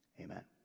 Amen